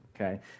okay